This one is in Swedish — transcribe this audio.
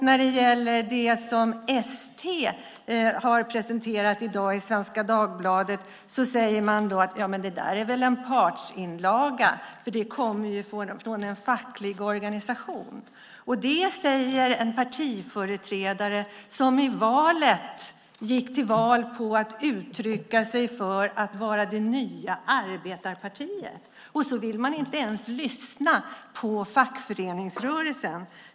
När det gäller det som ST har presenterat i dag i Svenska Dagbladet säger man att det är en partsinlaga, för det kommer från en facklig organisation. Det säger en partiföreträdare som gick till val på att kalla sitt parti för det nya arbetarpartiet, och så vill man inte ens lyssna på fackföreningsrörelsen!